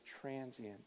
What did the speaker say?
transient